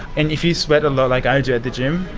and if you sweat a lot, like i do at the gym,